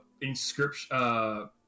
inscription